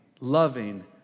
loving